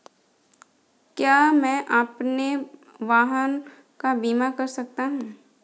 क्या मैं अपने वाहन का बीमा कर सकता हूँ?